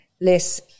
less